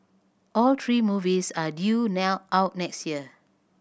all three movies are due out next year